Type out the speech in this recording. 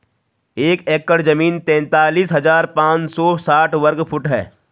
एक एकड़ जमीन तैंतालीस हजार पांच सौ साठ वर्ग फुट है